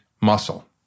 muscle